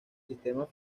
sistemas